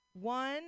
One